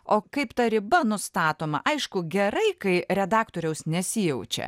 o kaip ta riba nustatoma aišku gerai kai redaktoriaus nesijaučia